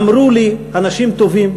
אמרו לי אנשים טובים,